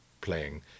playing